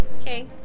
Okay